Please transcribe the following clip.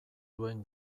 duen